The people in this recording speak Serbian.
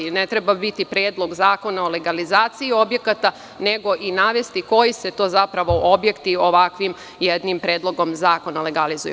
Ne treba biti Predlog zakona o legalizaciji objekata, nego i navesti koji se to zapravo objekti ovakvim jednom predlogom zakona legalizuju.